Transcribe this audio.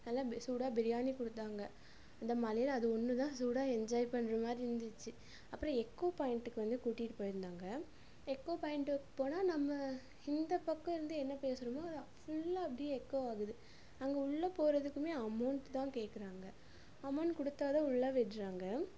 நல்லா பி சூடாக பிரியாணி கொடுத்தாங்க இந்த மழையில் அது ஒன்று தான் சூடாக என்ஜாய் பண்ணுற மாதிரி இருந்துச்சு அப்புறம் எக்கோ பாயிண்டுக்கு வந்து கூட்டிகிட்டு போயிருந்தாங்க எக்கோ பாயிண்டுக்கு போனால் நம்ம இந்த பக்கம் இருந்து என்ன பேசுகிறமோ அது ஃபுல்லாக அப்படியே எக்கோ ஆகுது அங்கே உள்ளே போகிறதுக்குமே அமௌண்ட் தான் கேட்குறாங்க அமௌண்ட் கொடுத்தா தான் உள்ளே விடறாங்க